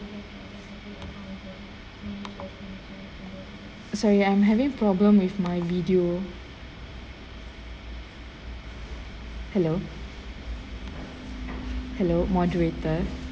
sorry I'm having problem with my video hello hello moderator